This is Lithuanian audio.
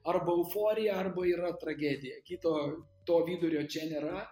arba euforija arba yra tragedija kito to vidurio čia nėra